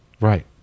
Right